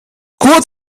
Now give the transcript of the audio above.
kurz